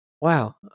Wow